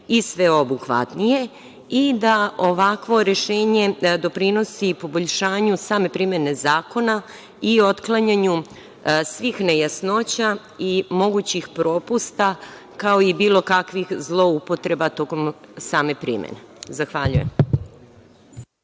i sveobuhvatnije i da ovakvo rešenje doprinosi poboljšanju same primene zakona i otklanjanju svih nejasnoća i mogućih propusta, kao i bilo kakvih zloupotreba tokom same primene. Zahvaljujem.